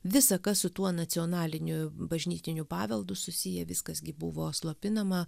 visa kas su tuo nacionaliniu bažnytiniu paveldu susiję viskas gi buvo slopinama